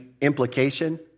Implication